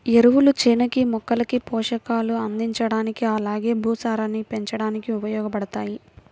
ఎరువులు చేనుకి, మొక్కలకి పోషకాలు అందించడానికి అలానే భూసారాన్ని పెంచడానికి ఉపయోగబడతాయి